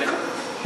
סליחה.